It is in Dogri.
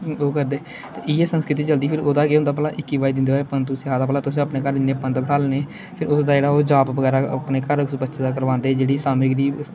ओह् करदे ते इ'यै संस्कृति चलदी फिर ओह्दा केह् होंदा भला इक्की बाई दिन दे बाद पंत उस्सी आखदा भला तुसें अपने घर इन्नै पंत बठालने फिर उसदा जेह्ड़ा ओह् जाप बगैरा अपने घर उस बच्चे दा करवांदे जेह्ड़ी सामग्री